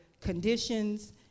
conditions